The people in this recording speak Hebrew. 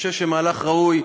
אני חושב שזה מהלך ראוי.